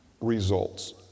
results